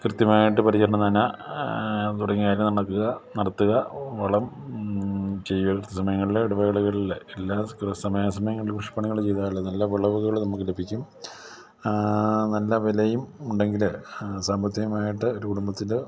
കൃത്യമായിട്ട് പരിചരണം നന തുടങ്ങിയ കാര്യങ്ങള് നടത്തുക വളം ചെയ്യുക കൃത്യസമയങ്ങളില് ഇടവേളകളിലെല്ലാം സമയാസമയങ്ങളിൽ ചെയ്താല് നല്ല വിളവുകള് നമുക്ക് ലഭിക്കും നല്ല വിലയും ഉണ്ടെങ്കില് സാമ്പത്തികമായിട്ട് ഒരു കുടുംബത്തില്